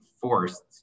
forced